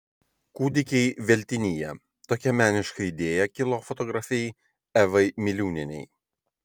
kūdikiai veltinyje tokia meniška idėja kilo fotografei evai miliūnienei